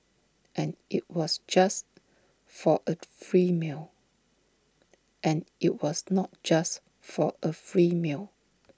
and IT was just for A free meal and IT was not just for A free meal